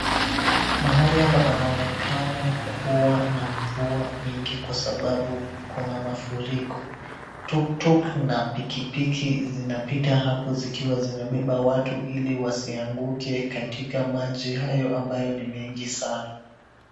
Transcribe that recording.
Mahali hapa panaonekana kuwa na mvua mingi kwa sababu kuna mafuriko. Tuk tuk na piki piki zinapita hapo zikiwa zimebeba watu ili wasianguke katika maji hayo ambayo ni mengi sana.